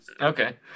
Okay